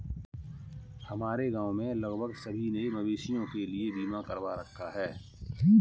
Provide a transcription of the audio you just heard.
हमारे गांव में लगभग सभी ने मवेशियों के लिए बीमा करवा रखा है